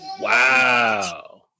Wow